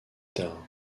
tard